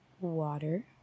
Water